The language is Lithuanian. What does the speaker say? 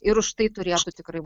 ir už tai turėtų tikrai